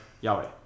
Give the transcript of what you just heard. Yahweh